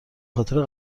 خاطر